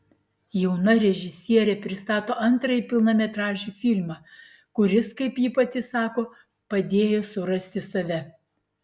jauna režisierė pristato antrąjį pilnametražį filmą kuris kaip ji pati sako padėjo surasti save